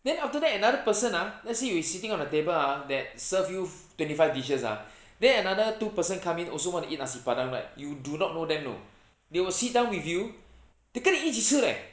then after that another person ah let's say you are sitting on the table ah that serve you twenty five dishes ah then another two person come in also want to eat nasi-padang right you do not know them know they will sit down with you they 跟你一起吃 leh